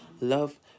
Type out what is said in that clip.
Love